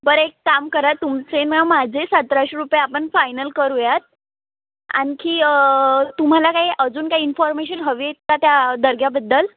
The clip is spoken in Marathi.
बरं एक काम करा तुमचे मग माझे सतराशे रुपये आपण फायनल करूयात आणखी तुम्हाला काही अजून काही इन्फॉर्मेशन हवीत का त्या दर्ग्याबद्दल